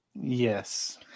Yes